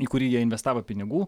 į kurį jie investavo pinigų